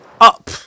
Up